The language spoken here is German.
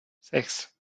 sechs